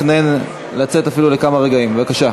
לדיון ולהכנה לקריאה ראשונה בוועדת העבודה